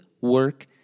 work